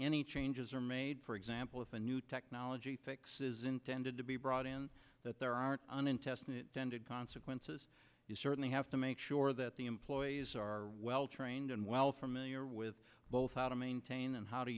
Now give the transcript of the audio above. any changes are made for example if a new technology fix is intended to be brought in that there aren't an intestine dented consequences you certainly have to make sure that the employees are well trained and well from a year with both out of maintain and how to